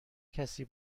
کسی